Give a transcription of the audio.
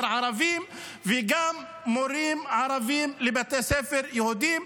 ערביים וגם של מורים ערבים לבתי ספר יהודיים,